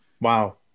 Wow